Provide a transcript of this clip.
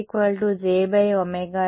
విద్యార్థి ఉంటుంది